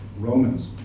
Romans